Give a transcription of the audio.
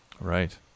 right